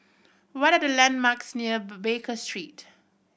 what are the landmarks near Baker Street